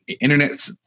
internet